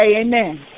amen